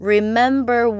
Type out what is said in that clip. Remember